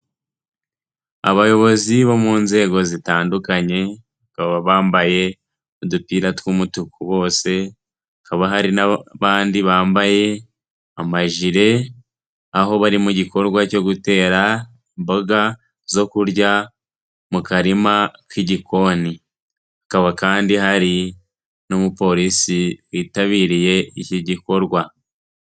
Abayobozi bo mu nzego zitandukanye bakaba bambaye udupira tw'umutuku bose, hakaba hari n'abandi bambaye amajire aho bari mu gikorwa cyo gutera imboga zo kurya mu karima k'igikoni, hakaba kandi hari n'umupolisi witabiriye iki gikorwa.